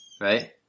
Right